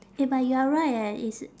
eh but you are right eh it's